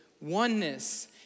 oneness